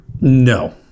No